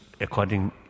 according